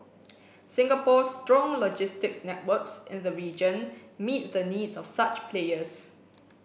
Singapore strong logistics networks in the region meet the needs of such players